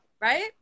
Right